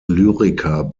lyriker